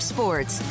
Sports